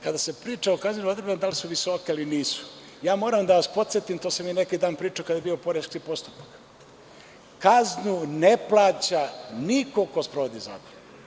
Kada se priča o kaznenim odredbama, da li su visoke ili nisu, ja moram da vas podsetim, to sam i neki dan pričao kada je bio poreski postupak, kaznu ne plaća niko ko sprovodi zakon.